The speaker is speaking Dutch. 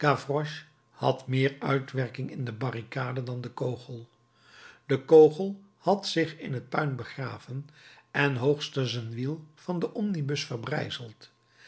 had meer uitwerking in de barricade dan de kogel de kogel had zich in het puin begraven en hoogstens een wiel van den omnibus verbrijzeld